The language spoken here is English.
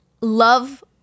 love